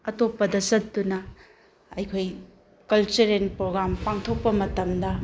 ꯑꯇꯣꯞꯄꯗ ꯆꯠꯇꯨꯅ ꯑꯩꯈꯣꯏ ꯀꯜꯆꯔꯦꯜ ꯄ꯭ꯔꯣꯒ꯭ꯔꯥꯝ ꯄꯥꯡꯊꯣꯛꯄ ꯃꯇꯝꯗ